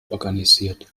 organisiert